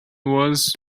was